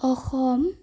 Assam